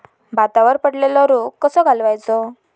भातावर पडलेलो रोग कसो घालवायचो?